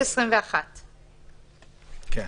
21. בעיקרון,